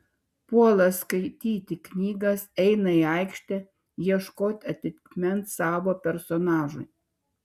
puola skaityti knygas eina į aikštę ieškot atitikmens savo personažui